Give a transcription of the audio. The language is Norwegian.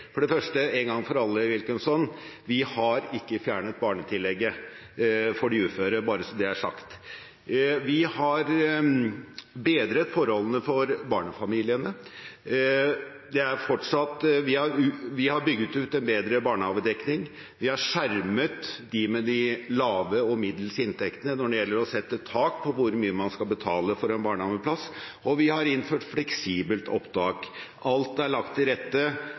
For det første, en gang for alle: Vi har ikke fjernet barnetillegget for de uføre, bare så det er sagt. Vi har bedret forholdene for barnefamiliene. Vi har bygd ut en bedre barnehagedekning. Vi har skjermet dem med lave og middels inntekter når det gjelder å sette tak på hvor mye man skal betale for en barnehageplass, og vi har innført fleksibelt opptak. Alt er lagt til rette